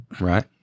Right